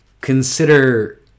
consider